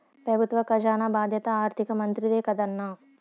పెబుత్వ కజానా బాధ్యత ఆర్థిక మంత్రిదే కదన్నా